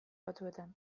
batzuetan